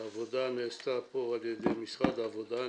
העבודה נעשתה פה על ידי משרד העבודה.